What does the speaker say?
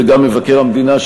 וגם מבקר המדינה,